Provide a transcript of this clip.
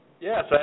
Yes